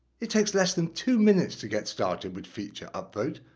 it takes less than two minutes to get started with feature upvote.